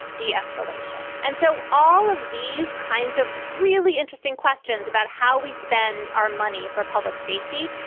de-escalation. and so all of these kinds of really interesting questions about how we spend our money for public safety,